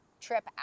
trip